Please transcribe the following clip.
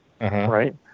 right